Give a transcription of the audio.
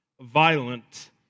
violent